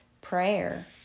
prayer